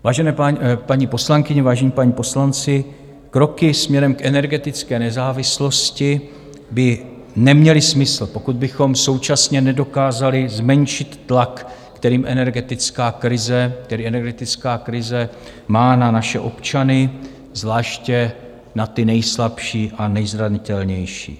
Vážené paní poslankyně, vážení páni poslanci, kroky směrem k energetické nezávislosti by neměly smysl, pokud bychom současně nedokázali zmenšit tlak, který energetická krize má na naše občany, zvláště na ty nejslabší a nejzranitelnější.